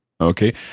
Okay